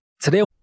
today